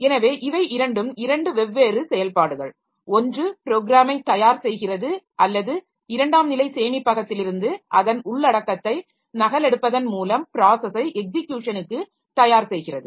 எனவே இவை இரண்டும் இரண்டு வெவ்வேறு செயல்பாடுகள் ஒன்று ப்ரோக்ராமை தயார் செய்கிறது அல்லது இரண்டாம் நிலை சேமிப்பகத்திலிருந்து அதன் உள்ளடக்கத்தை நகலெடுப்பதன் மூலம் ப்ராஸஸை எக்ஸிக்யுஷனுக்கு தயார் செய்கிறது